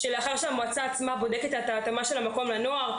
וזאת לאחר שהמועצה בודקת את התאמת המקום לנוער,